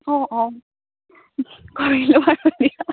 অঁ অঁ কৰি দিয়া